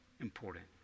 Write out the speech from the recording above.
important